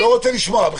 לא רוצה לשמוע בכלל.